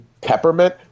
Peppermint